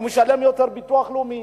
הוא משלם יותר ביטוח לאומי,